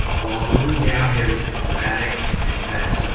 while the move down here has been dramatic and it has